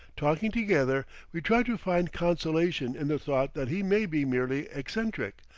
talking together, we try to find consolation in the thought that he may be merely eccentric,